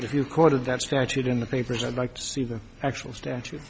if you call it that statute in the papers i'd like to see the actual statu